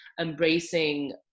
embracing